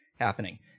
happening